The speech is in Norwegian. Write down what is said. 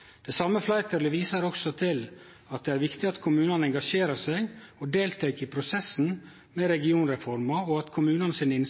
Det same fleirtalet viser også til at det er viktig at kommunane engasjerer seg og deltek i prosessen med